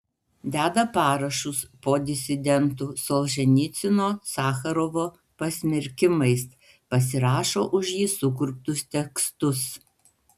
deda parašus po disidentų solženicyno sacharovo pasmerkimais pasirašo už jį sukurptus tekstus